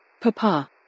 Papa